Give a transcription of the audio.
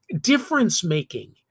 difference-making